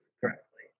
correctly